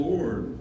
Lord